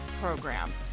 program